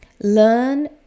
learn